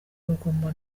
urugomo